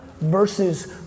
versus